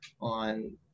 on